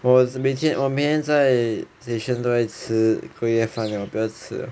我每天我每天都在 station 吃隔夜饭 liao 我不要吃 liao